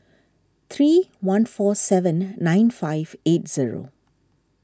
three one four seven nine five eight zero